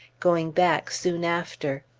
going back soon after.